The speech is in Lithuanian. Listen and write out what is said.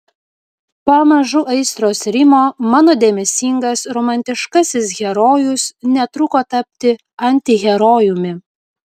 pamažu aistros rimo mano dėmesingas romantiškasis herojus netruko tapti antiherojumi